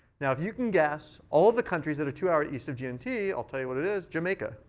now, if you can guess all of the countries that are two hours east of gmt, i'll tell you what it is, jamaica.